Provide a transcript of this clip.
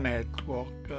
Network